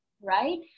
Right